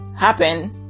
happen